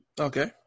Okay